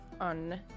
on